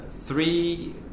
three